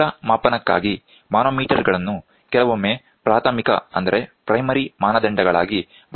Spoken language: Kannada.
ಒತ್ತಡ ಮಾಪನಕ್ಕಾಗಿ ಮಾನೊಮೀಟರ್ ಗಳನ್ನು ಕೆಲವೊಮ್ಮೆ ಪ್ರಾಥಮಿಕ ಮಾನದಂಡಗಳಾಗಿ ಬಳಸಲಾಗುತ್ತದೆ